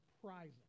surprising